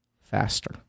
faster